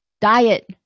diet